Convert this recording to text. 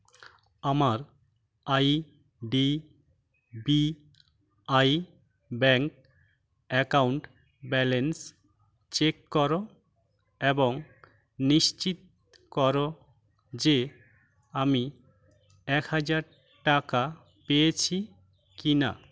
আমার I D B I bank account balance check করো এবং নিশ্চিত করো যে আমি এক হাজার টাকা পেয়েছি কিনা